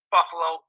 Buffalo